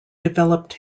developed